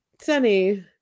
Sunny